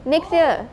next year